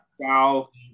South